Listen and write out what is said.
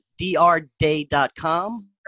drday.com